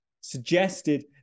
suggested